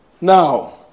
Now